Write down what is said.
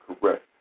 correct